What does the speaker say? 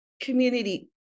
community